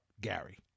Gary